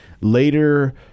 later